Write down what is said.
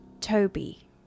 Toby